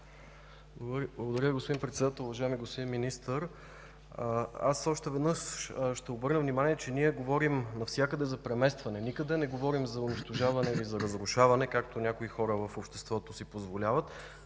Благодаря, господин Председател. Уважаеми господин Министър, още веднъж ще обърна внимание, че ние говорим навсякъде за преместване, никъде не говорим за унищожаване или за разрушаване, както някои хора в обществото си позволяват,